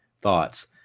thoughts